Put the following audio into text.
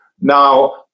Now